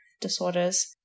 disorders